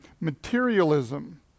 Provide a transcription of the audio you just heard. materialism